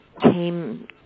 came